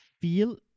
feel